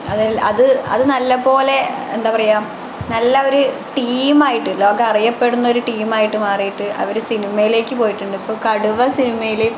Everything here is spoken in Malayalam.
അതില് അത് അത് നല്ല പോലെ എന്താ പറയുക നല്ല ഒരു ടീമായിട്ടു ലോക അറിയപ്പെടുന്നൊരു ടീമായിട്ട് മാറിയിട്ട് അവർ സിനിമയിലേക്ക് പോയിട്ടുണ്ട് ഇപ്പോൾ കടുവ സിനിമയിൽ